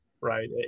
Right